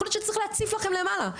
יכול להיות שצריך להציף לכם למעלה.